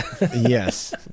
Yes